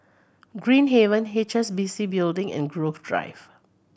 Green Haven H S B C Building and Grove Drive